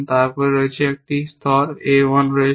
তারপর রয়েছে একটি স্তর A 1 রয়েছে